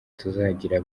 tuzagira